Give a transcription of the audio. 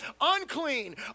unclean